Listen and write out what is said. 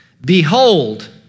Behold